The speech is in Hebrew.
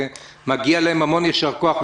מגיע להם המון יישר כוח,